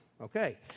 okay